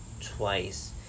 twice